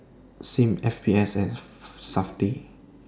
SIM S P F and Safti